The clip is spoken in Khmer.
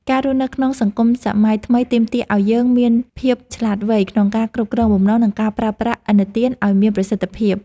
ការរស់នៅក្នុងសង្គមសម័យថ្មីទាមទារឱ្យយើងមានភាពឆ្លាតវៃក្នុងការគ្រប់គ្រងបំណុលនិងការប្រើប្រាស់ឥណទានឱ្យមានប្រសិទ្ធភាព។